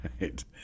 right